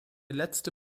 letzte